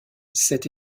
cette